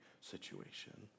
situation